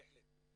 בהחלט.